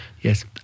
Yes